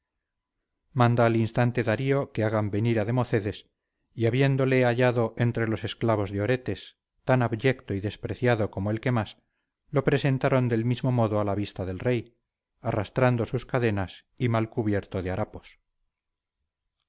manda al instante darío que hagan venir a democedes y habiéndole hallado entre los esclavos de oretes tan abyecto y despreciado como el que más lo presentaron del mismo modo a la vista del rey arrastrando sus cadenas y mal cubierto de harapos